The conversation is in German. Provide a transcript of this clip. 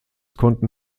konnten